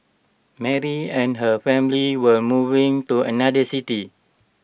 Mary and her family were moving to another city